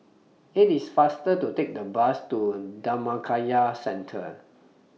IT IS faster to Take The Bus to Dhammakaya Centre